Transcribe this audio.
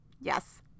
yes